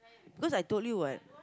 because I told you what